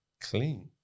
Clean